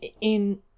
in-